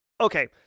Okay